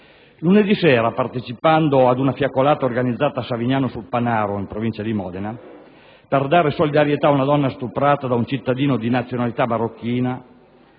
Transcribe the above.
Lunedì sera, partecipando ad una fiaccolata organizzata a Savignano sul Panaro in provincia di Modena per dare solidarietà ad una donna stuprata da un cittadino di nazionalità marocchina,